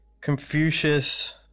Confucius